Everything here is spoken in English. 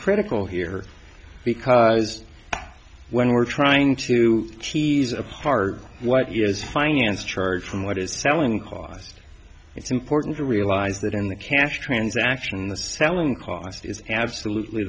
critical here because when we're trying to tease apart what is finance charge from what is selling cost it's important to realize that in the cash transaction the selling cost is absolutely